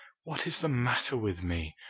what is the matter with me?